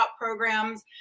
programs